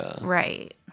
Right